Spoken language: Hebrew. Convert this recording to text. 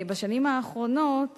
בשנים האחרונות